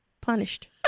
punished